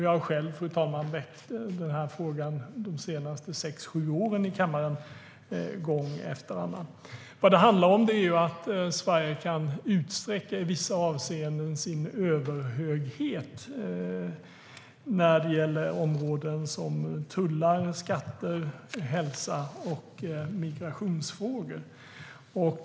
Jag har själv, fru talman, väckt frågan de senaste sex sju åren i kammaren gång efter annan. Vad det handlar om är att Sverige i vissa avseenden kan utsträcka sin överhöghet när det gäller områden som tullar, skatter, hälsa och migration.